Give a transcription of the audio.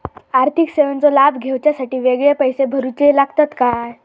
आर्थिक सेवेंचो लाभ घेवच्यासाठी वेगळे पैसे भरुचे लागतत काय?